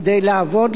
כדי לעבוד,